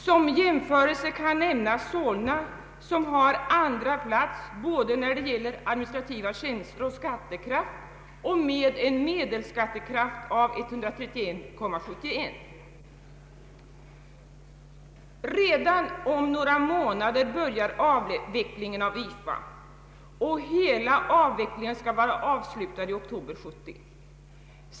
Som jämförelse kan nämnas Solna, som har andra plats både när det gäller administrativa tjänster och skattekraft och med en medelskattekraft på 131,71. Redan om några månder börjar avvecklingen av YFA, och hela avvecklingen skall vara avslutad i oktober 1970.